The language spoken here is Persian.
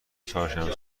چهارشنبه